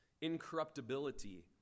incorruptibility